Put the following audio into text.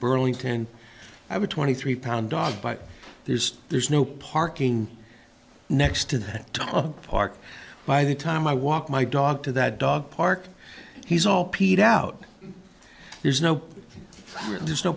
burlington i would twenty three pound dog bite there is there's no parking next to that park by the time i walk my dog to that dog park he's all peed out there's no there's no